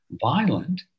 violent